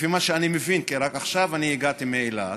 לפי מה שאני מבין, כי רק עכשיו הגעתי מאילת,